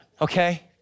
Okay